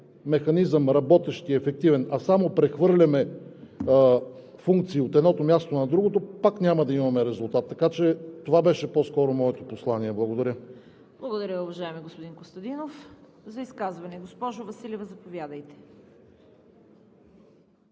механизъм работещ и ефективен, а само прехвърляме функции от едното място на другото, пак няма да имаме резултат. Това беше по-скоро моето послание. Благодаря. ПРЕДСЕДАТЕЛ ЦВЕТА КАРАЯНЧЕВА: Благодаря, уважаеми господин Костадинов. За изказване – госпожо Василева, заповядайте.